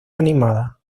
animada